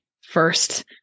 first